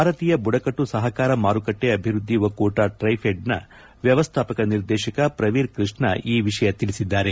ಭಾರತೀಯ ಬುಡಕಟ್ಟು ಸಹಕಾರ ಮಾರುಕಟ್ಟೆ ಅಭಿವೃದ್ಧಿ ಒಕ್ಕೂಟ ಟ್ರೈಫೆಡ್ ವ್ಯವಸ್ಥಾಪಕ ನಿರ್ದೇಶಕ ಪ್ರವೀರ್ ಕೃಷ್ಣ ಈ ವಿಷಯ ತಿಳಿಸಿದ್ದಾರೆ